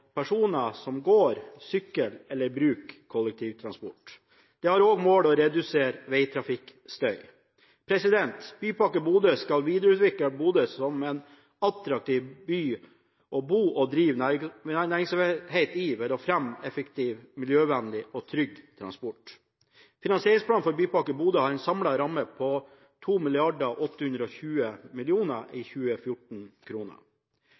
personer som går, sykler eller bruker kollektivtransport. Det har også som mål å redusere vegtrafikkstøy. Bypakke Bodø skal videreutvikle Bodø som en attraktiv by å bo og drive næringsvirksomhet i ved å fremme effektiv, miljøvennlig og trygg transport. Finansieringsplan for Bypakke Bodø har en samlet ramme på 2 820